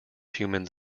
humans